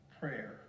prayer